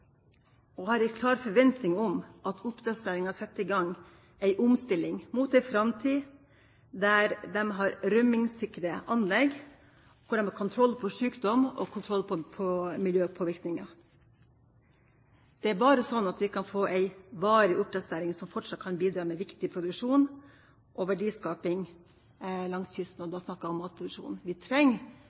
har en klar forventning om at oppdrettsnæringa setter i gang ei omstilling for ei framtid der man har rømningssikre anlegg, hvor man har kontroll på sjukdom og kontroll på miljøpåvirkninger. Det er bare sånn vi kan få en varig oppdrettsnæring som fortsatt kan bidra med viktig produksjon og verdiskaping langs kysten – og da snakker jeg om matproduksjon. Vi trenger